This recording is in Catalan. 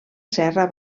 serra